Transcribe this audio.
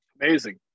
Amazing